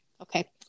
Okay